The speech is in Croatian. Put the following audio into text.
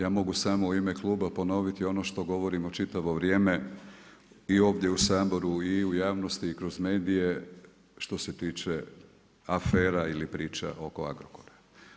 Ja mogu samo u ime kluba ponoviti ono što govorimo čitavo vrijeme i ovdje u Saboru i u javnosti i kroz medije što se tiče afera ili priča oko Agrokora.